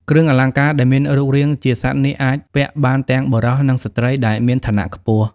គ្រឿងអលង្ការដែលមានរូបរាងជាសត្វនាគអាចពាក់បានទាំងបុរសនិងស្ត្រីដែលមានឋានៈខ្ពស់។